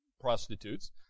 prostitutes